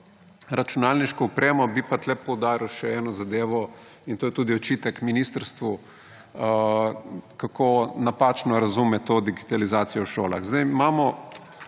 računalniško opremo, bi pa tukaj poudaril še eno zadevo – in to je tudi očitek ministrstvu, kako napačno razume digitalizacijo v šolah. Imamo